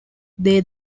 they